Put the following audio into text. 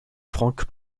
franque